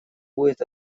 будет